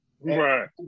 Right